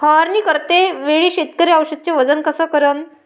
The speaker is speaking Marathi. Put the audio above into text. फवारणी करते वेळी शेतकरी औषधचे वजन कस करीन?